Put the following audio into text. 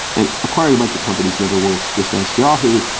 and acquiring a bunch of companies never worked, just as yahoo.